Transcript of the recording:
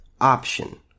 option